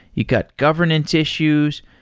you've got governance issues.